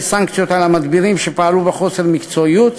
סנקציות על מדבירים שפעלו בחוסר מקצועיות.